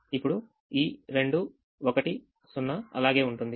ఇప్పుడు ఈ 2 1 0 అలాగే ఉంటుంది